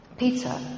Peter